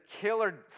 killer